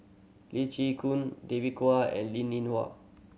Lee Chin Koon David Kwo and Linn In Hua